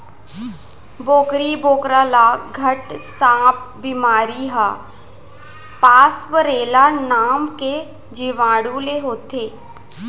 बोकरी बोकरा ल घट सांप बेमारी ह पास्वरेला नांव के जीवाणु ले होथे